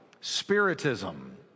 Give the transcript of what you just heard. Spiritism